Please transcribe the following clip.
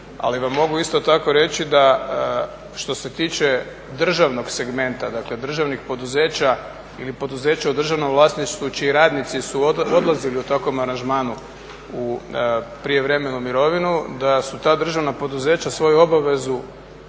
Ali vam mogu isto tako reći da što se tiče državnog segmenta, dakle državnih poduzeća ili poduzeća u državnom vlasništvu čiji radnici su odlazili u takvom aranžmanu u prijevremenu mirovnu da su ta državna poduzeća svoju obavezu